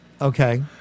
Okay